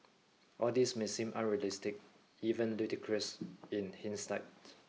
all this may seem unrealistic even ludicrous in hindsight